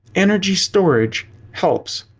energy storage helps.